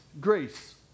Grace